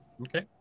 Okay